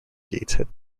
gateshead